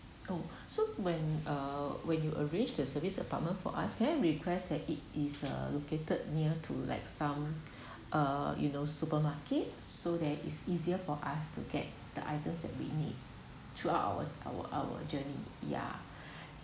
oh so when uh when you arrange the service apartment for us can I request that it is uh located near to like some uh you know supermarket so that is easier for us to get the items that we need throughout our our our journey ya